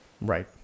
Right